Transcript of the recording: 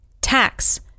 tax